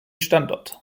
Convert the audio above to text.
standort